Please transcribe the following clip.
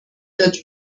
wird